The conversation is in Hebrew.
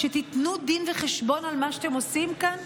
כשתיתנו דין וחשבון על מה שאתם עושים כאן,